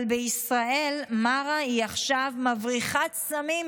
אבל בישראל מארה היא עכשיו מבריחת סמים בין-לאומית.